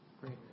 Great